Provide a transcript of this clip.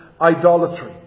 idolatry